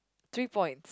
three points